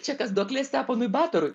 čia kas duoklė steponui batorui